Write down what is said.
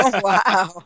Wow